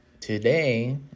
today